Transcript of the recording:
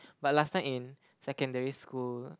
but last time in secondary school